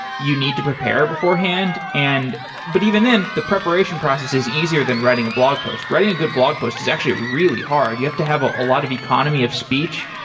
you need to prepare beforehand. and but even then, the preparation process is easier than writing a blog post. writing a good blog post is actually really hard. you have to have ah a lot of economy of speech,